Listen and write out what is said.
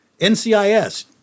NCIS